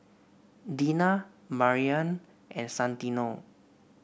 Dina Maryanne and Santino